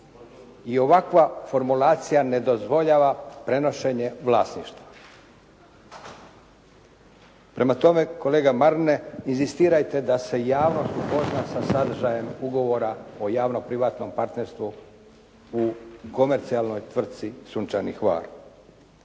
I ovakva formulacija ne dozvoljava prenošenje vlasništva. Prema tome, kolega Marine, inzistirajte da se javnost upozna sa sadržajem ugovora o javno-privatnom partnerstvu u komercijalnom tvrtci "Sunčani Hvar".